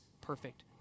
perfect